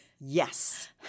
yes